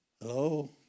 Hello